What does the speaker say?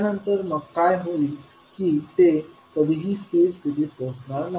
त्यानंतर मग काय होईल की ते कधीही स्थिर स्थितीत पोहोचणार नाही